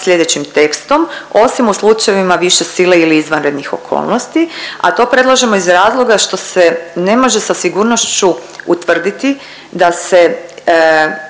sljedećim tekstom, osim u slučajevima više sile ili izvanrednih okolnosti, a to predlažemo iz razloga što se ne može sa sigurnošću utvrditi da se